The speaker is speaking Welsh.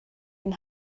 ein